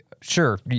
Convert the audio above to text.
sure